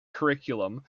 curriculum